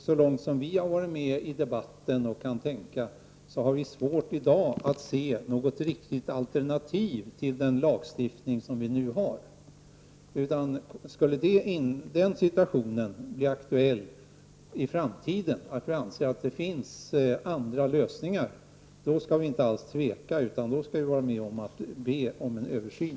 Så långt som vi har varit med i debatten och kan tänka har vi svårt att i dag se något riktigt alternativ till den nuvarande lagstiftningen. Skulle situationen att vi anser att det finns andra lösningar bli aktuell i framtiden skall vi inte tveka, utan då skall vi vara med om att be om en översyn.